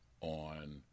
on